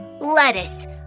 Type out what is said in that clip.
Lettuce